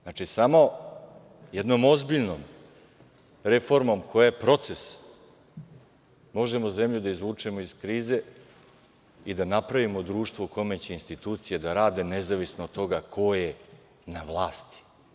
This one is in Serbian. Znači, samo jednom ozbiljnom reformom koja je proces, možemo zemlju da izvučemo iz krize i da napravimo društvo u kome će institucije da rade nezavisno od toga ko je na vlasti.